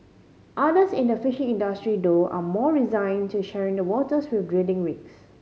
others in the fishing industry though are more resigned to sharing the waters with drilling rigs